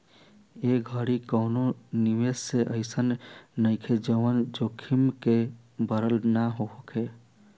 ए घड़ी कवनो निवेश अइसन नइखे जवन जोखिम से भरल ना होखे